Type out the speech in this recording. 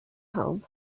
home